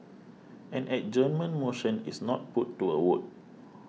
an adjournment motion is not put to a vote